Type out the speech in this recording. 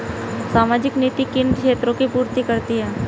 सामाजिक नीति किन क्षेत्रों की पूर्ति करती है?